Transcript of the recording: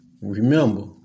Remember